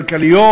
כלכליות,